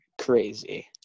crazy